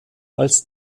als